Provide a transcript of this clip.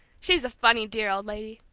she's a funny, dear old lady!